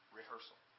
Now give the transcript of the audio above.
rehearsal